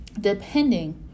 depending